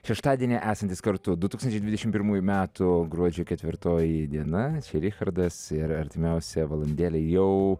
šeštadienį esantys kartu du tūkstančiai dvidešim pirmųjų metų gruodžio ketvirtoji diena richardas ir artimiausią valandėlę jau